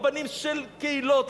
רבנים של קהילות,